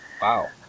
Wow